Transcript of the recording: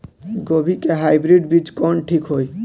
गोभी के हाईब्रिड बीज कवन ठीक होई?